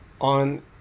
on